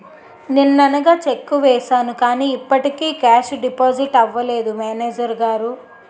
నిన్ననగా చెక్కు వేసాను కానీ ఇప్పటికి కేషు డిపాజిట్ అవలేదు మేనేజరు గారు